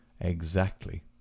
Exactly